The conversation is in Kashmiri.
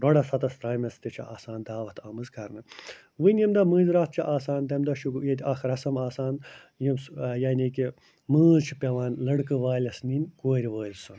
ڈۄڈَس ہَتَس ترامٮ۪س تہِ چھِ آسان دعوت آمٕژ کرنہٕ وٕنۍ ییٚمہِ دۄہ مٲنزۍ راتھ چھِ آسان تَمہِ دۄہ چھِ ییٚتہِ اَکھ رَسٕم آسان یِم یعنی کہِ مٲنٛز چھِ پٮ۪وان لڑکہٕ وٲلِس نِنۍ کورِ وٲلۍ سُنٛد